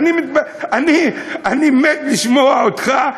אני מת לשמוע אותך,